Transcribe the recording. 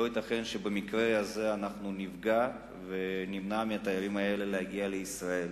לא ייתכן שבמקרה הזה נפגע ונמנע מהתיירים האלה להגיע לישראל.